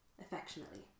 Affectionately